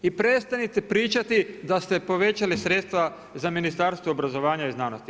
I prestanite pričati da ste povećali sredstva za Ministarstvo obrazovanja i znanosti.